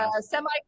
semi